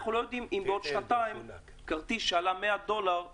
אנחנו לא יודעים אם בעוד שנתיים כרטיס שעלה 100 דולה ליוון,